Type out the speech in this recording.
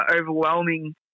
overwhelming